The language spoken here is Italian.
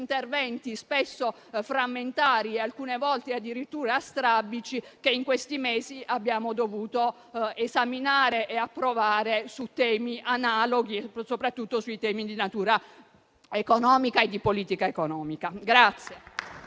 interventi, spesso frammentari e alcune volte addirittura strabici, che in questi mesi abbiamo dovuto esaminare e approvare su temi analoghi, soprattutto su temi di natura economica e di politica economica.